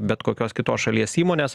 bet kokios kitos šalies įmonės